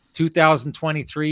2023